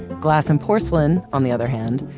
glass and porcelain, on the other hand,